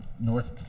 North